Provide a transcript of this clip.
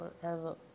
forever